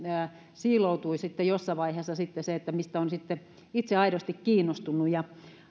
siiloutuu jossain vaiheessa se mistä on itse aidosti kiinnostunut ja